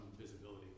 visibility